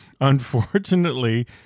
Unfortunately